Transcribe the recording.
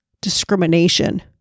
discrimination